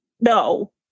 no